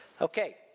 Okay